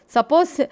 Suppose